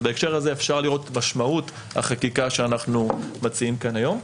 בהקשר הזה אפשר לראות את משמעות החקיקה שאנחנו מציעים כאן היום.